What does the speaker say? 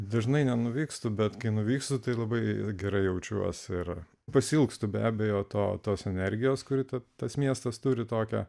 dažnai nenuvykstu bet kai nuvykstu tai labai gerai jaučiuos ir pasiilgstu be abejo to tos energijos kuri tad tas miestas turi tokią